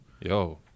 yo